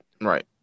Right